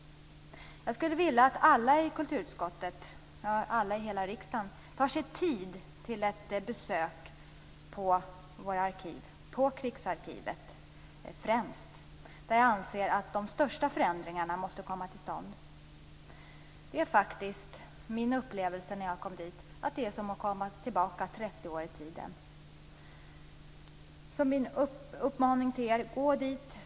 Jag skulle vilja att alla i kulturutskottet, ja, alla i hela riksdagen, tog sig tid för ett besök på våra arkiv, främst Krigsarkivet. Det är där de största förändringarna måste komma till stånd. När jag kom dit fick jag upplevelsen av att gå 30 år tillbaka i tiden. Min uppmaning till alla är: Gå dit!